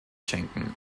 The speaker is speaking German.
schenken